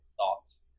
thoughts